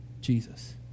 Jesus